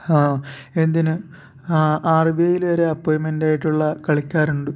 എന്തിന് R B ഐയിൽ വരെ അപ്പോയിൻമെൻ്റ് ആയിട്ടുള്ള കളിക്കാരുണ്ട്